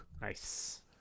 Nice